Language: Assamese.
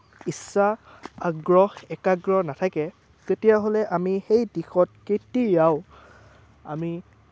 ইচ্ছা আগ্ৰহ একাগ্ৰ নাথাকে তেতিয়াহ'লে আমি সেই দিশত কেতিয়াও আমি